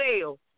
sale